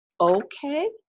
okay